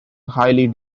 highly